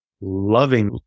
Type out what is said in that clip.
loving